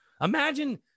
Imagine